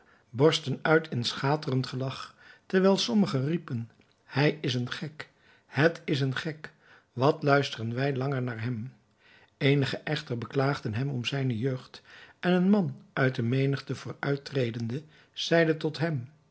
borsten uit in schaterend gelach terwijl sommigen riepen het is een gek het is een gek wat luisteren wij langer naar hem eenigen echter beklaagden hem om zijne jeugd en een man uit de menigte vooruit tredende zeide tot hem